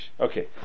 Okay